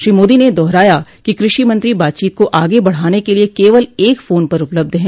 श्री मोदी ने दोहराया कि कृषि मंत्री बातचीत को आगे बढ़ाने के लिए केवल एक फोन पर उपलब्ध हैं